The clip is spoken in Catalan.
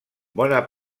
bona